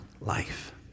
life